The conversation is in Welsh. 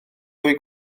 fwy